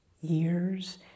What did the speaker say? years